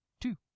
Two